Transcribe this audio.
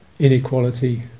Inequality